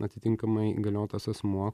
atitinkamai įgaliotas asmuo